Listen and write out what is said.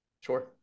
Sure